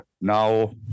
now